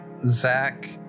zach